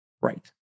Right